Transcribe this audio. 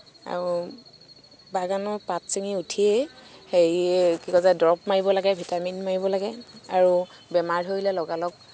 আৰু বাগানৰ পাত ছিঙি উঠিয়ে হেৰি কি কয় যে দৰৱ মাৰিব লাগে ভিটামিন মাৰিব লাগে আৰু বেমাৰ ধৰিলে লগা লগ